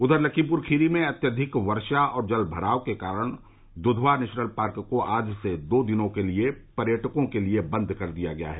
उधर लखीमपुर खीरी में अत्यधिक वर्षा और जलभराव के कारण दुधवा नेशनल पार्क को आज से दो दिनों के लिए पर्यटकों के लिए बंद कर दिया गया है